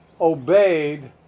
obeyed